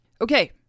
Okay